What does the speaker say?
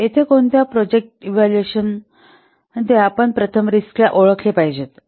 तर येथे कोणत्याही प्रोजेक्ट इव्हॅल्युएशनात आपण प्रथम रिस्कला ओळखले पाहिजेत